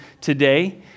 today